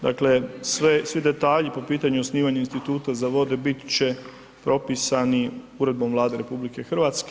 Dakle, svi detalji po pitanju osnivanja Instituta za vode bit će propisani Uredbom Vlade RH.